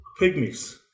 pygmies